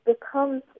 becomes